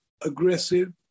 aggressive